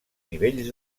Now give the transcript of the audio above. nivells